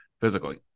physically